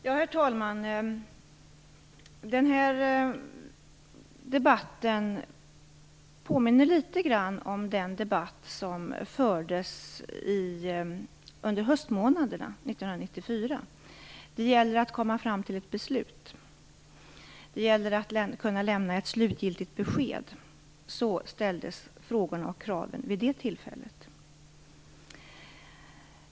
Herr talman! Den här debatten påminner litet grand om den debatt som fördes under höstmånaderna 1994; det gäller att komma fram till ett beslut och att kunna lämna ett slutgiltigt besked. Det var de krav som ställdes då.